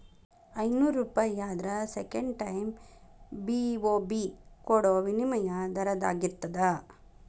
ಐನೂರೂಪಾಯಿ ಆದ್ರ second time BOB ಕೊಡೋ ವಿನಿಮಯ ದರದಾಗಿರ್ತದ